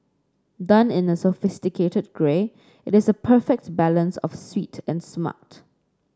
done in a sophisticated grey it is a perfect balance of sweet and smart